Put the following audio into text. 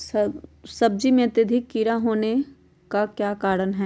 सब्जी में अत्यधिक कीड़ा होने का क्या कारण हैं?